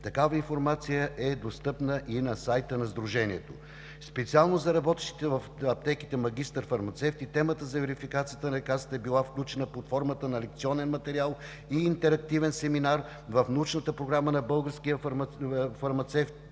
Такава информация е достъпна и на сайта на сдружението. Специално за работещите в аптеките магистър-фармацевти темата за верификацията на лекарствата е била включена под формата на лекционен материал и интерактивен семинар в научната програма на Българските фармацевтични